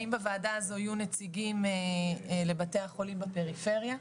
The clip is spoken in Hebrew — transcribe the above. האם בוועדה הזו יהיו נציגים לבתי החולים בפריפריה?